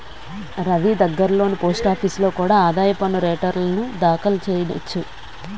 రవీ దగ్గర్లోని పోస్టాఫీసులో కూడా ఆదాయ పన్ను రేటర్న్లు దాఖలు చెయ్యొచ్చు